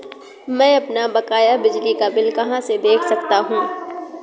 मैं अपना बकाया बिजली का बिल कहाँ से देख सकता हूँ?